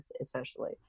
essentially